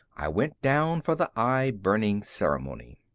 i went down for the eye-burning ceremony.